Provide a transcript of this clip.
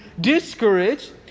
discouraged